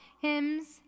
hymns